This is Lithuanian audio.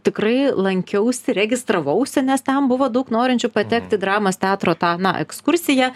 tikrai lankiausi registravausi nes ten buvo daug norinčių patekt į dramos teatro tą na ekskursiją